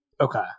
Okay